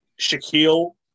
shaquille